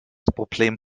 problem